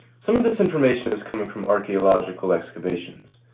some of this information is coming from archaeological excavations,